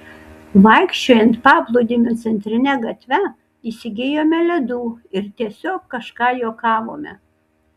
vaikščiojant paplūdimio centrine gatve įsigijome ledų ir tiesiog kažką juokavome